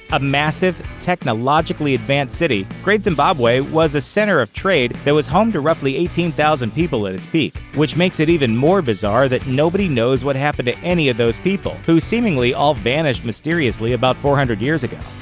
a massive, technologically advanced city, great zimbabwe was a center of trade that was home to roughly eighteen thousand people at its peak. which makes it even more bizarre that nobody knows what happened to any of those people, who seemingly all vanished mysteriously about four hundred years ago.